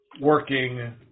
working